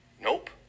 Nope